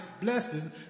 blessing